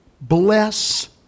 bless